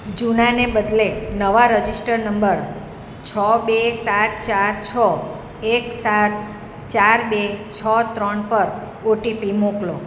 જૂનાને બદલે નવા registered number છ બે સાત ચાર છ એક સાત ચાર બે છ ત્રણ પર ઓટીપી મોકલો